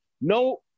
no